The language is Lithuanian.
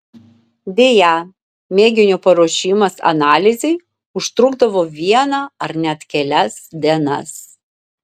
deja mėginio paruošimas analizei užtrukdavo vieną ar net kelias dienas